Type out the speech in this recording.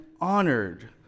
honored